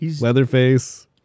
Leatherface